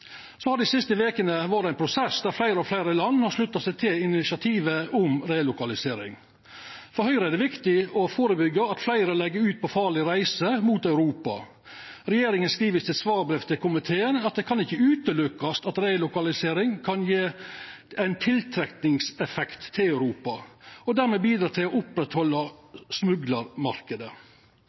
Så har det dei siste vekene vore ein prosess der fleire og fleire land har slutta seg til initiativet om relokalisering. For Høgre er det viktig å førebyggja at fleire legg ut på ei farleg reise mot Europa. Regjeringa skriv i sitt svarbrev til komiteen at det ikkje kan utelukkast at relokalisering kan gje ein tiltrekkingseffekt til Europa og dermed bidra til å